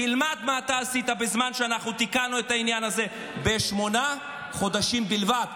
תלמד מה אתה עשית בזמן שאנחנו תיקנו את העניין הזה בשמונה חודשים בלבד.